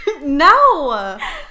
No